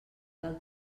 del